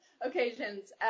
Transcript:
occasions